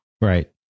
Right